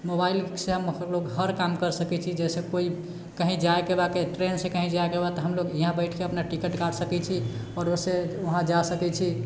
मोबाइलसँ हम लोग हर काम कर सकैत छी जइसे केओ कही जाएके बा ट्रेनसँ कही जाएके बाद तऽ हम लोग यहाँ बैठके अपना टिकट काटि सकैत छी आओर ओहिसँ वहाँ जा सकैत छी